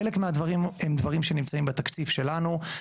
חלק מהדברים הם דברים שנמצאים בתקציב שלנו,